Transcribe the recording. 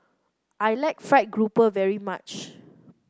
I like fried grouper very much